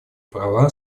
права